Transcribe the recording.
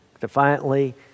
defiantly